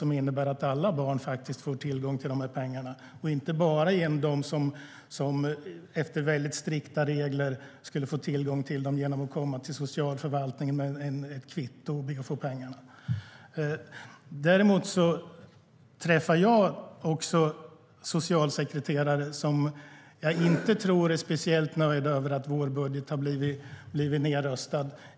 Det innebär att alla barn får tillgång till pengarna och inte bara de som efter väldigt strikta regler skulle få tillgång till dem genom att komma till socialförvaltningen med ett kvitto och be att få pengarna. Jag träffar däremot socialsekreterare som jag inte tror är speciellt nöjda med att vår budget blivit nedröstad.